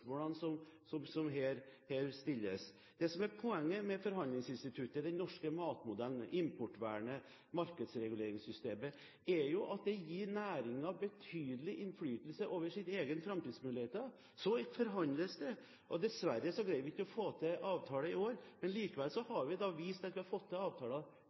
stille de spørsmålene som her stilles. Det som er poenget med forhandlingsinstituttet, den norske matmodellen, importvernet, markedsreguleringssystemet, er jo at det gir næringen betydelig innflytelse over sine egne framtidsmuligheter. Så forhandles det, og dessverre greide vi ikke å få til avtale i år, men likevel har vi da vist før at vi har fått til avtaler